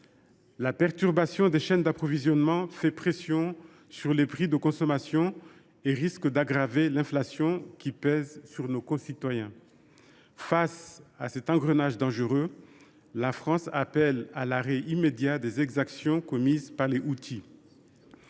La perturbation des chaînes d’approvisionnement fait pression sur les prix de consommation et risque d’aggraver l’inflation qui pèse sur nos concitoyens. Face à cet engrenage dangereux, la France appelle à l’arrêt immédiat des exactions commises par les Houthis.